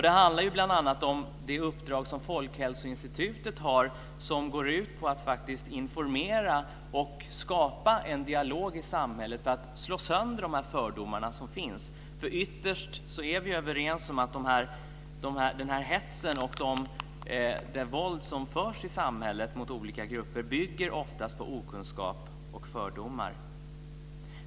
Det handlar bl.a. om det uppdrag Folkhälsoinstitutet har, som går ut på att informera och skapa en dialog i samhället för att slå sönder de fördomar som finns. Ytterst är vi överens om att den hets och det våld som förekommer i samhället mot olika grupper oftast bygger på okunskap och fördomar.